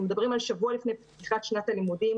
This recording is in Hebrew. אנחנו מדברים על שבוע לפני פתיחת שנת הלימודים,